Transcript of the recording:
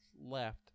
left